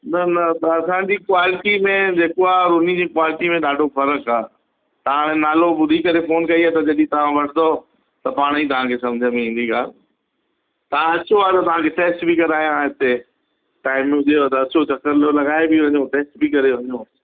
न न त असांजी क्वालिटी में जेको आहे हुन जी क्वालिटी में ॾाढो फ़र्क़ु आहे तव्हां हाणे नालो ॿुधी करे फ़ोन कयी आहे त जॾहिं तव्हां वठंदव त पाण ई तव्हां खे समुझ में ईंदी ॻाल्हि तव्हां अचो हलो तव्हां खे टेस्ट बि करायां हा हिते टाइम हुजेव त अचो चक्कर ल लॻाए बि वञो ऐं टेस्ट बि करे वञो